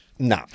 No